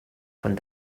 von